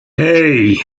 hey